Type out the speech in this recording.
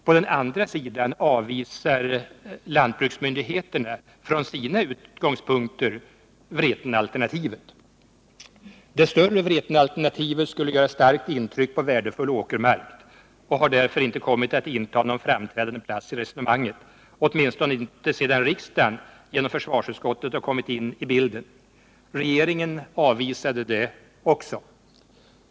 På den andra sidan avvisar lantbruksmyndigheterna från sina utgångs Det större Vretenalternativet skulle göra starkt intrång på värdefull åkermark, och det har därför inte kommit att inta någon framträdande plats i resonemanget, åtminstone inte sedan riksdagen genom försvarsutskottet kommit in i bilden. Regeringen avvisar det också.